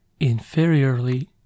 inferiorly